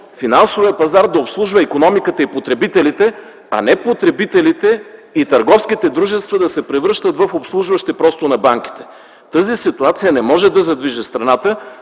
финансовият пазар да обслужва икономиката и потребителите, не потребителите и търговските дружества да се превръщат в обслужващи банките. Тази ситуация не може да задвижи страната,